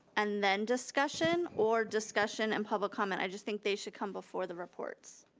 and then discussion or discussion and public comment. i just think they should come before the reports.